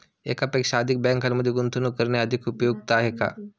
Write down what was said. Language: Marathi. एकापेक्षा अधिक बँकांमध्ये गुंतवणूक करणे अधिक उपयुक्त आहे का?